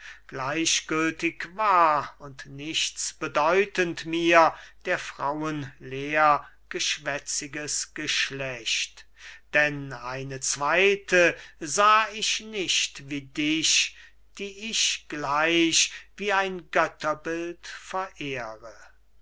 gleichgültig war und nichts bedeutend mir der frauen leer geschwätziges geschlecht denn eine zweite sah ich nicht wie dich die ich gleich wie ein götterbild verehre